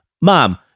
Mom